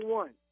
one